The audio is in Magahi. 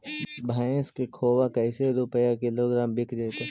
भैस के खोबा कैसे रूपये किलोग्राम बिक जइतै?